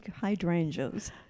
hydrangeas